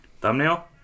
Thumbnail